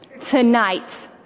Tonight